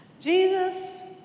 Jesus